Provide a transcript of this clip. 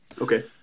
Okay